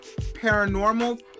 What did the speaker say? paranormal